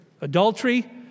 Adultery